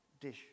dish